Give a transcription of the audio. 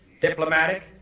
diplomatic